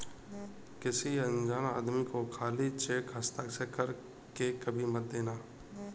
किसी अनजान आदमी को खाली चेक हस्ताक्षर कर के कभी मत देना